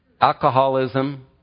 alcoholism